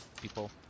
People